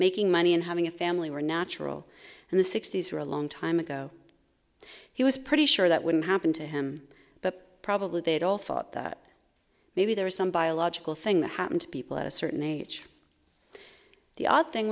making money and having a family were natural and the sixty's were a long time ago he was pretty sure that wouldn't happen to him but probably they'd all thought that maybe there was some biological thing that happened to people at a certain age the odd thing